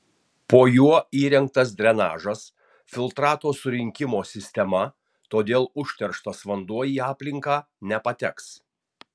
po juo įrengtas drenažas filtrato surinkimo sistema todėl užterštas vanduo į aplinką nepateks